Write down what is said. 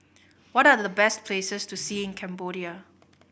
what are the best places to see in Cambodia